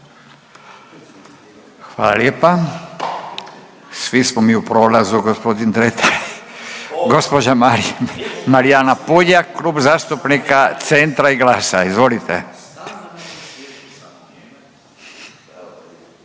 Hvala lijepa. Svi smo mi u prolazu gospodin Dretar. Gospođa Marijana Puljak, Klub zastupnika Centra i GLAS-a. Izvolite.